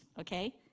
okay